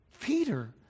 Peter